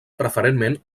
preferentment